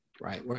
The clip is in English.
right